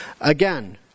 Again